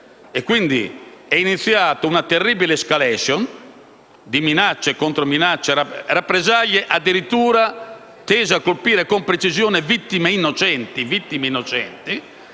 È, quindi, iniziata una terribile*escalation*, di minacce e rappresaglie, addirittura tese a colpire con precisione vittime innocenti